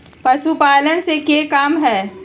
पशुपालन से के लाभ हय?